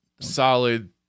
Solid